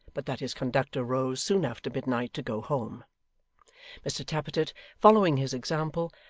but that his conductor rose soon after midnight, to go home mr tappertit following his example,